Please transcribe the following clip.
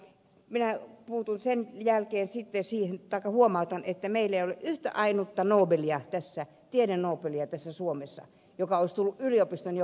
minä huomautan että meillä suomessa ei ole yhtä ainutta tiedenobelia joka olisi tullut yliopistojen joukosta